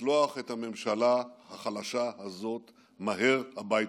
לשלוח את הממשלה החלשה הזאת מהר הביתה.